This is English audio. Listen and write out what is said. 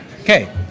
Okay